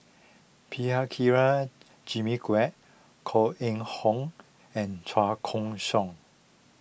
Prabhakara Jimmy Quek Koh Eng Hoon and Chua Koon Siong